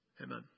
Amen